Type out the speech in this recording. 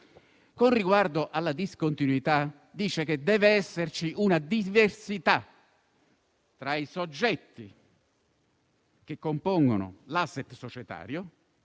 con riguardo alla discontinuità chiarisce che deve esserci una diversità tra i soggetti che compongono l'*asset* societario